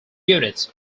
units